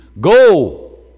go